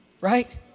Right